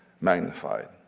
magnified